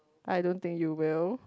I don't think you will